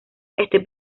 este